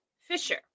Fisher